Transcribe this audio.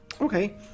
Okay